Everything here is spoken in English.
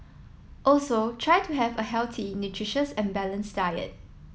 also try to have a healthy nutritious and balanced diet